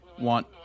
want